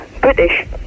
British